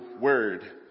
word